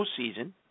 postseason